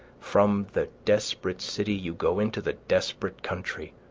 from the desperate city you go into the desperate country,